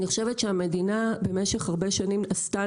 אני חושבת שהמדינה במשך הרבה שנים עשתה